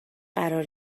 قرار